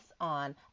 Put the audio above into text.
on